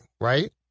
right